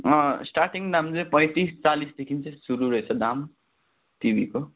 starting दाम चाहिँ पैँतिस चालिसदेखि चाहिँ सुरु रहेछ दाम टिभीको